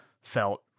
felt